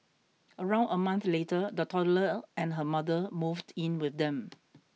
around a month later the toddler and her mother moved in with them